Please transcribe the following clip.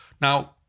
now